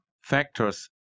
factors